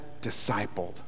discipled